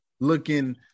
Looking